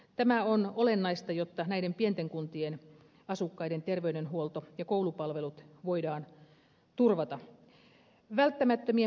tämä on olennaista jotta näiden pienten kuntien asukkaiden terveydenhuolto ja koulupalvelut voidaan turvata